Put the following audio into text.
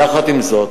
יחד עם זאת,